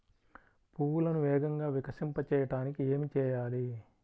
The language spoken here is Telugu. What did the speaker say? పువ్వులను వేగంగా వికసింపచేయటానికి ఏమి చేయాలి?